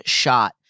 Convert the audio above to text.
shot